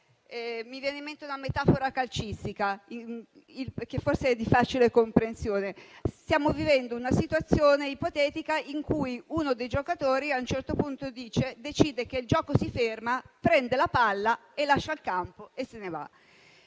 Mi viene in mente una metafora calcistica, che forse è di facile comprensione: stiamo vivendo una situazione ipotetica in cui uno dei giocatori a un certo punto decide che il gioco si ferma, prende la palla, lascia il campo e se ne va.